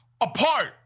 apart